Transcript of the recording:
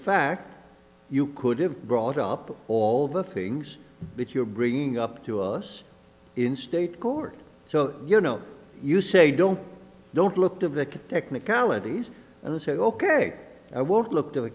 fact you could have brought up all the things because you're bringing up to us in state court so you know you say don't don't look to of the technicalities and say ok i won't look